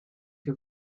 que